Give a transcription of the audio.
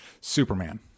Superman